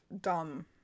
dumb